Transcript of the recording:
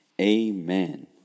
amen